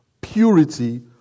Purity